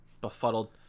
befuddled